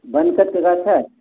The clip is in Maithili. बंसजके गाछ छै